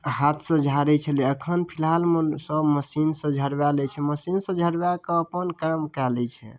हाथसँ झारै छलै अखन फिलहालमे सब मशीनसँ झरबा लै छै मशीनसँ झरबाकऽ अपन काम कए लै छै